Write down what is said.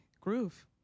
groove